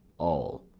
all.